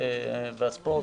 התרבות והספורט,